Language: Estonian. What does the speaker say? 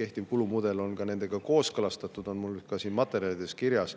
kehtiv kulumudel on nendega kooskõlastatud. See on mul ka siin materjalides kirjas.